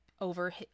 over